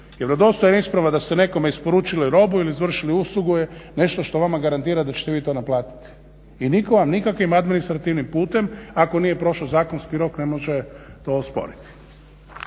Vjerodostojna isprava da ste nekome isporučili robu ili izvršili uslugu je nešto što vama garantira da ćete vi to naplatiti i nitko vam nikakvim administrativnim putem ako nije prošao zakonski rok ne može to osporiti.